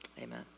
Amen